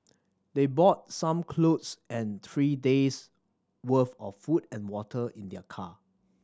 they brought some clothes and three days' worth of food and water in their car